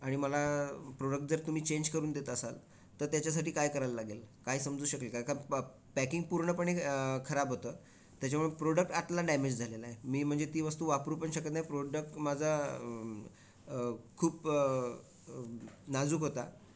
आणि मला प्रोडक्ट जर तुम्ही चेंज करून देत असाल तर त्याच्यासाठी काय करायला लागेल काय समजू शकेल काय का प पॅकिंग पूर्णपणे खराब होतं त्याच्यामुळं प्रोडक्ट आतला डॅमेज झालेला आहे मी म्हणजे ती वस्तू वापरू पण शकत नाही प्रोडक्ट माझा खूप नाजूक होता